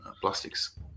plastics